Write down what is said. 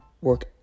work